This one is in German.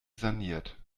saniert